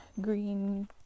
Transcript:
green